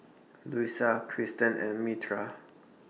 Luisa Christen and Myrta